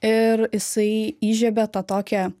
ir jisai įžiebė tą tokią